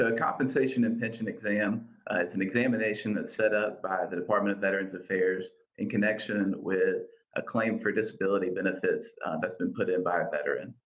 ah compensation and pension exam is an examination that's set up by the department of veterans affairs in connection with a claim for disability benefits that's been put in by a veteran.